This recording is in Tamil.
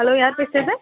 ஹலோ யார் பேசுவது